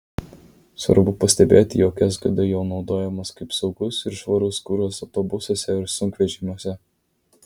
svarbu pastebėti jog sgd jau naudojamas kaip saugus ir švarus kuras autobusuose ir sunkvežimiuose